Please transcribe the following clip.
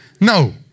No